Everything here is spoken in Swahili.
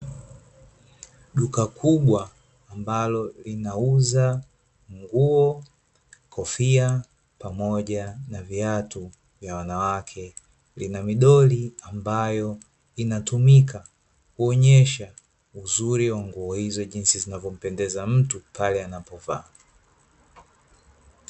Duka kubwa ambalo linauza nguo, kofia pamoja na viatu vya wanawake lina midoli ambayo inatumika kuonyesha uzuri wa nguo hizi jinsi zinavyo mpendeza mtu pale anapo vaa.